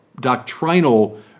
doctrinal